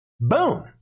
Boom